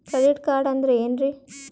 Credit card ಅಂದ್ರ ಏನ್ರೀ?